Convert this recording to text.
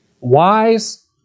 Wise